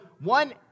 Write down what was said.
one